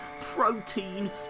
protein